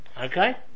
okay